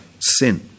sin